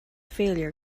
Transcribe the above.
failure